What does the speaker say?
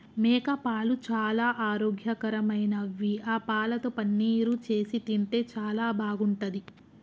మేకపాలు చాలా ఆరోగ్యకరమైనవి ఆ పాలతో పన్నీరు చేసి తింటే చాలా బాగుంటది